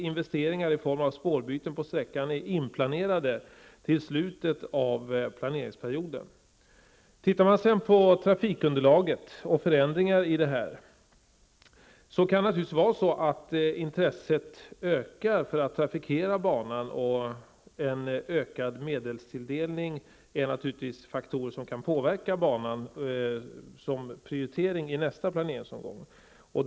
Investeringar i form av spårbyte på sträckan är dock inplanerade till slutet av planeringsperioden. När det gäller trafikunderlaget och förändringar i denna, kan naturligtvis intresset för att trafikera banan öka. En ökad medelstilldelning är en faktor som kan påverka banans prioritering i nästa planeringsomgång.